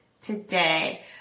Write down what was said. Today